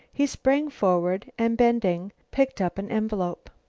he sprang forward, and bending, picked up an envelope.